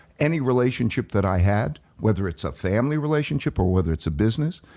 any relationship that i had, whether it's a family relationship or whether it's a business,